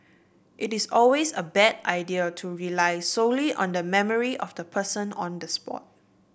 it is always a bad idea to rely solely on the memory of the person on the spot